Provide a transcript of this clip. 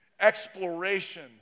exploration